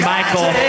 Michael